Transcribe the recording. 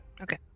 okay